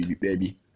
baby